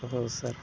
हो सर